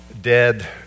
dead